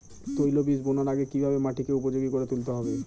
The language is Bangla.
তৈলবীজ বোনার আগে কিভাবে মাটিকে উপযোগী করে তুলতে হবে?